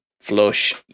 flush